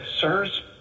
Sirs